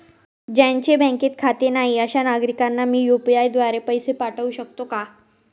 ज्यांचे बँकेत खाते नाही अशा नागरीकांना मी यू.पी.आय द्वारे पैसे पाठवू शकतो का?